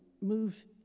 moves